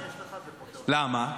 למה?